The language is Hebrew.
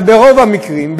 אבל ברוב המקרים,